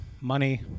money